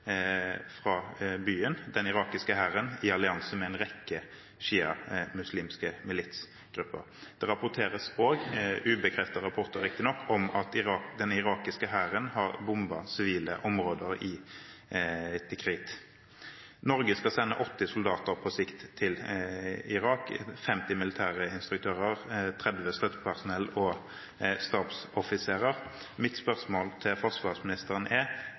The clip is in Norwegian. fra byen. Denne gruppen krigere består av den irakiske hæren i allianse med en rekke sjiamuslimske militsgrupper. Det rapporteres også om – riktignok ubekreftede rapporter – at den irakiske hæren har bombet sivile områder i Tikrit. Norge skal på sikt sende 80 soldater til Irak – 50 militære instruktører og 30 støttepersonell og stabsoffiserer. Mitt spørsmål til forsvarsministeren er: